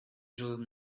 through